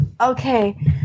Okay